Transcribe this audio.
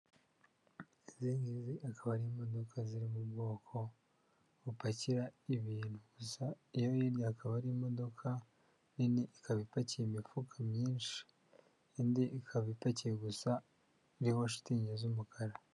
Izi ngizi akaba ari imodoka ziri mu bwoko bupakira ibintu, gusa iyo hirya hakaba hari imodoka nini ikaba ipakiye imifuka myinshi, indi ikaba ipakiye gusa iriho shitingi z'umukara.